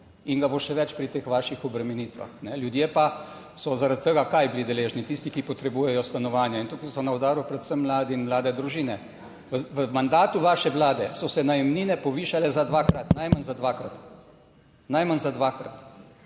in ga bo še več pri teh vaših obremenitvah. Ljudje pa so zaradi tega, kaj bili deležni, tisti, ki potrebujejo stanovanja in tukaj so na udaru predvsem mladi in mlade družine. V mandatu vaše vlade so se najemnine povišale za dvakrat, najmanj za dvakrat. Najmanj za dvakrat.